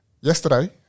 Yesterday